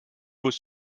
vos